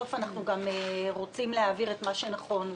בסוף אנחנו גם רוצים להעביר את מה שנכון.